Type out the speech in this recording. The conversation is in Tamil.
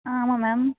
ஆ ஆமாம் மேம்